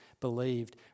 believed